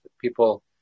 people